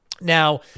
Now